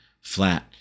flat